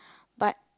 but